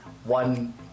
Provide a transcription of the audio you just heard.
One